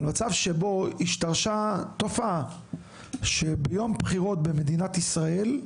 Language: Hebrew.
מצב שבו השתרשה תופעה שביום בחירות במדינת ישראל,